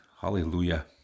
Hallelujah